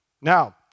Now